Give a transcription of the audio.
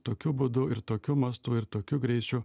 tokiu būdu ir tokiu mastu ir tokiu greičiu